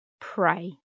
Pray